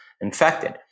infected